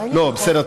בסדר,